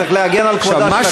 צריך להגן על כבודה של הכנסת.